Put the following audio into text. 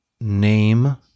name